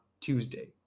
Tuesday